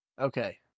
Okay